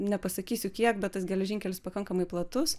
nepasakysiu kiek bet tas geležinkelis pakankamai platus